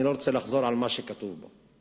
אני לא רוצה לחזור על מה שכתוב בו.